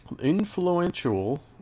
influential